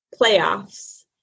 playoffs